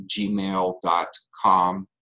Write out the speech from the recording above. gmail.com